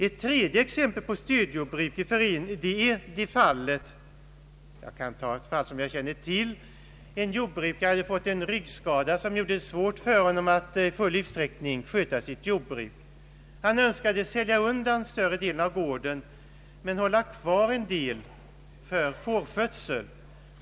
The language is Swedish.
Ett tredje exempel på stödjordbruk i förening med annat — ett fall jag känner till. En jordbrukare hade fått en ryggskada som gjort det svårt för honom att i större utsträckning sköta sitt jordbruk. Han önskade sälja undan en större del av gården, men ville be hålla en del för fårskötsel.